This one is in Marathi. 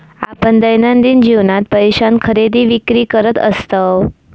आपण दैनंदिन जीवनात पैशान खरेदी विक्री करत असतव